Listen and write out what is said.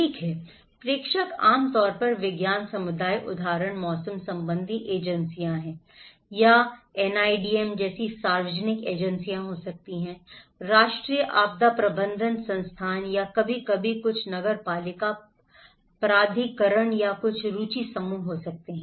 ठीक है प्रेषक आम तौर पर विज्ञान समुदाय उदाहरण मौसम संबंधी एजेंसियां हैं या यह NIDM जैसी सार्वजनिक एजेंसियां हो सकती हैं राष्ट्रीय आपदा प्रबंधन संस्थान या कभी कभी कुछ नगरपालिका प्राधिकरण या कुछ रुचि समूह हो सकते हैं